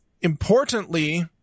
importantly